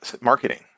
marketing